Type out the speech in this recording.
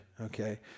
Okay